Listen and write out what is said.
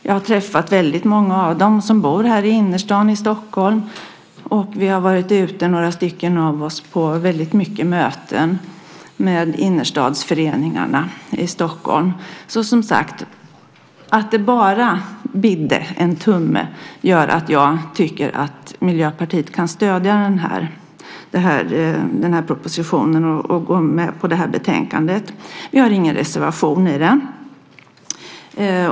Jag har träffat väldigt många av dem som bor i innerstaden i Stockholm. Vi har varit ute några stycken av oss på väldigt många möten med innerstadsföreningarna i Stockholm. Att det bara bidde en tumme gör att jag tycker att Miljöpartiet kan stödja propositionen och gå med på betänkandet. Vi har ingen reservation i det.